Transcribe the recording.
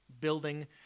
building